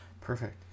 perfect